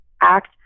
act